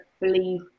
believe